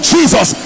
Jesus